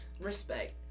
Respect